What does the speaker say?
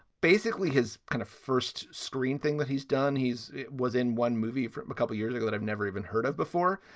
basically his kind of first screen thing that he's done, he's was in one movie for a couple of years ago that i've never even heard of before.